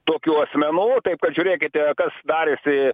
tokių asmenų o taip kad žiūrėkite kas darėsi